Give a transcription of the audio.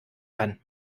kann